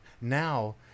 Now